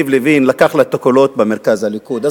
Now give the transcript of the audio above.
תעשה?